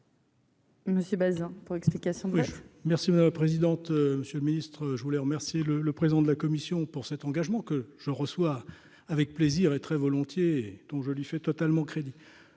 Monsieur Bazin pour explication Bush. Merci madame présidente, monsieur le Ministre, je voulais remercier le le président de la Commission pour cet engagement que je reçois avec plaisir et très volontiers, donc je lui fais totalement crédit